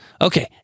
Okay